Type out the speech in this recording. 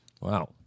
Wow